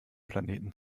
planeten